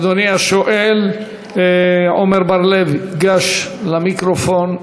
אדוני השואל עמר בר-לב, גש למיקרופון.